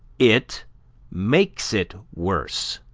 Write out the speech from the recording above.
it makes it worse.